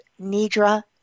Nidra